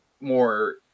more